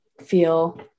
feel